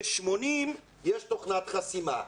ב-80 יש תוכנת חסימה.